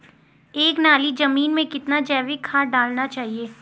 एक नाली जमीन में कितना जैविक खाद डालना चाहिए?